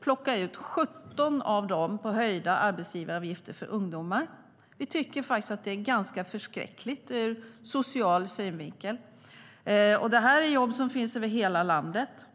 plocka ut 17 miljarder genom höjda arbetsgivaravgifter för ungdomar. Vi tycker faktiskt att det är ganska förskräckligt ur social synvinkel. Detta är jobb som finns över hela landet.